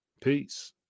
Peace